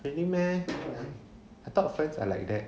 really meh I thought ferns are like that